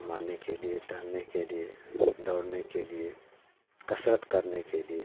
घुमाने के लिए टहलने के लिए दौड़ने के लिए कसरत करने के लिए